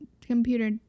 computer